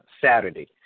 Saturday